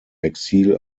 exil